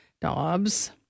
Dobbs